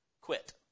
quit